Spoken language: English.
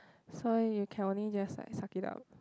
so you can only just like suck it up